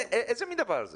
יש